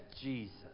Jesus